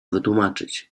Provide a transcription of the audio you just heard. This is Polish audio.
wytłumaczyć